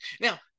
Now